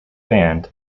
band